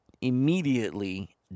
immediately